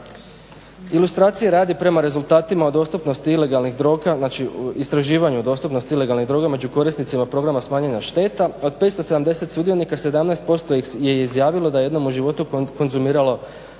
Ilustracije radi, prema rezultatima o dostupnosti ilegalnih droga, znači istraživanju dostupnosti ilegalnih droga među korisnicima Programa "Smanjenja šteta" od 570 sudionika 17% je izjavilo da je jednom u životu konzumiralo